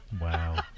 Wow